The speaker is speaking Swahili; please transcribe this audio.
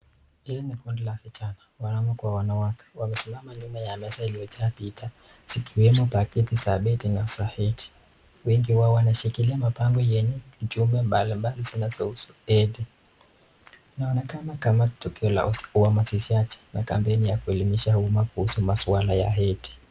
Hii ni kundi la vijana wanaume kwa wanawake, wamesimama nyuma ya meza iliojaa bidhaa zikiwemo baketi za beti na za hedi, wengi wao wanashikilia mapango yenye mjumba mbalimbali zinazousu hedi, inaonekana kama tukio la uamashishaji na kampeini ya kuelimisha uma kuhusu maswala ya hedi.